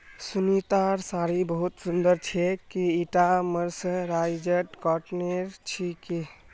सुनीतार साड़ी बहुत सुंदर छेक, की ईटा मर्सराइज्ड कॉटनेर छिके